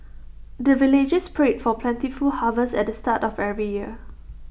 the villagers pray for plentiful harvest at the start of every year